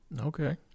Okay